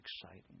exciting